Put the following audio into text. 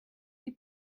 die